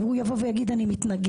הוא יבוא ויגיד שהוא מתנגד?